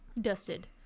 dusted